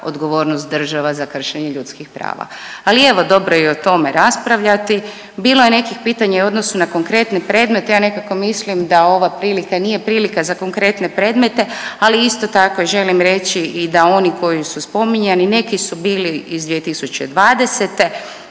odgovornost država za kršenje ljudskih prava, ali evo dobro je i o tome raspravljati. Bilo je nekih pitanja i u odnosu na konkretne predmete, ja nekako mislim da ova prilika nije prilika za konkretne predmete, ali isto tako želim reći i da oni koji su spominjani neki su bili iz 2020.,